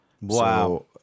Wow